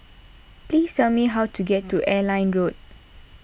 please tell me how to get to Airline Road